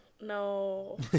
No